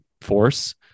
force